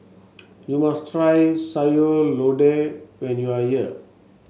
you must try Sayur Lodeh when you are here